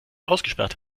ausgesperrt